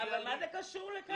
אבל מה זה קשור לכאן?